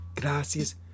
Gracias